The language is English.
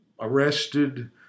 arrested